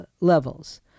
levels